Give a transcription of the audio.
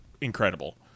incredible